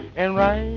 and